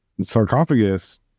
Sarcophagus